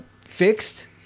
fixed